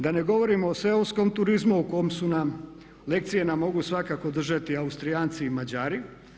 Da ne govorimo o seoskom turizmu u kojem nam lekcije mogu svakako držati i Austrijanci i Mađari.